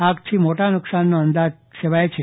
આગથી મોટા નુકશાનનો અંદાજ સેવાય છે